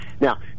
Now